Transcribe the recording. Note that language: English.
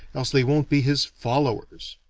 else they won't be his followers.